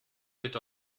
bitte